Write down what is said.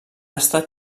estat